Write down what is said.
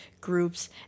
groups